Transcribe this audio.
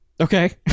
Okay